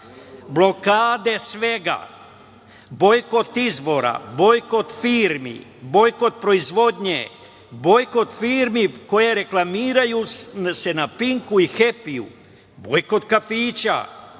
blokade svega, bojkot izbora, bojkot proizvodnje, bojkot firmi koje se reklamiraju na Pinku, Hepiju, bojkot kafića,